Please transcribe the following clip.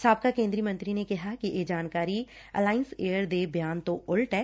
ਸਾਬਕਾ ਕੇਦਰੀ ਮੰਤਰੀ ਨੇ ਕਿਹਾ ਕਿ ਇਹ ਜਾਣਕਾਰੀ ਅਲਾਇੰਸ ਏਅਰ ਦੇ ਬਿਆਨ ਤੋ ਉਲਟ ਐ